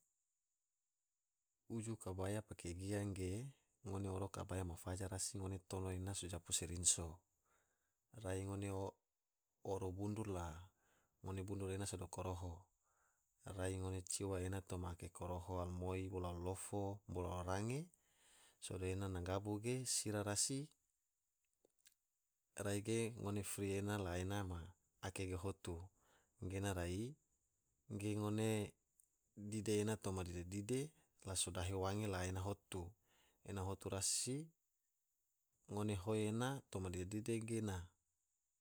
Uju kabaya pake gia ge ngone oro kabaya ma faja rasi ngone tono ena so japu se rinso, rai ngone oro bundur la ngone bundur ena sado koroho rai ngone ciwa ena toma ake koroho alumoi, bolo alulofo, bolo alurange, sodo ena na magabu ge sira rasi rai ge ngone fri ena la ena ma ake ge hotu gena rai ngone dide ena toma dide dide la sodahe wange la ene hotu, ene hotu rasi ngone hoi ena toma dide dide gena.